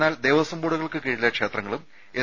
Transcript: എന്നാൽ ദേവസ്വംബോർഡുകൾക്ക് കീഴിലെ ക്ഷേത്രങ്ങളും എസ്